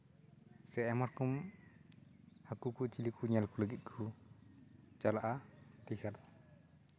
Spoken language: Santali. ᱥᱮ ᱟᱭᱢᱟ ᱨᱚᱠᱚᱢ ᱦᱟᱹᱠᱩ ᱠᱚ ᱪᱤᱞᱤ ᱠᱚ ᱧᱮᱞ ᱞᱟᱹᱜᱤᱫ ᱠᱚ ᱪᱟᱞᱟᱜᱼᱟ ᱫᱤᱜᱷᱟ